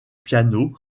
piano